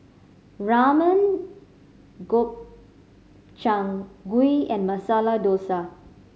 Ramen Gobchang Gui and Masala Dosa